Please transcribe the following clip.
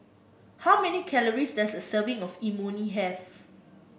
how many calories does a serving of Imoni have